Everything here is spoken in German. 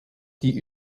die